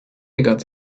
got